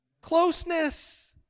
Closeness